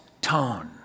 tone